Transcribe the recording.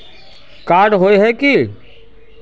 Card होय है की?